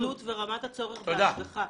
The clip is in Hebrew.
זאת רמת התלות ורמת הצורך בהשגחה.